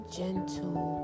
gentle